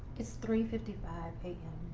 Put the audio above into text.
it's three fifty five a m.